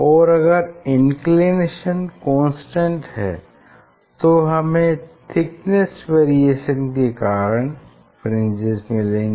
और अगर inclination constant है तो हमें थिकनेस वेरिएशन के कारण फ्रिंजेस मिलेंगी